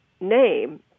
name